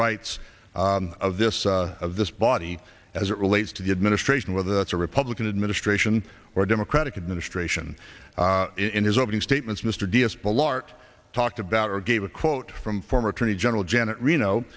rights of this of this body as it relates to the administration whether that's a republican administration or democratic administration in his opening statements mr diaz balart talked about or gave a quote from former attorney general janet reno